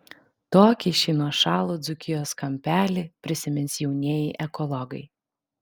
tokį šį nuošalų dzūkijos kampelį prisimins jaunieji ekologai